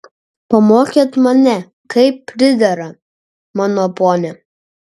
pamokėt mane kaip pridera mano ponia